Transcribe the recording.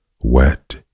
wet